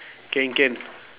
can can